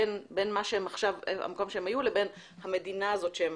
בין המקום שהם היו לבין המדינה הזאת שהם